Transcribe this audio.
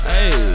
Hey